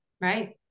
Right